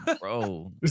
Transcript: Bro